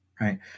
right